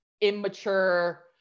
immature